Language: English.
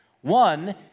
One